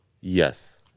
Yes